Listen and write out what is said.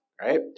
right